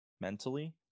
mentally